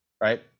right